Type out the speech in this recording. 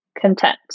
Content